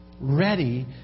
ready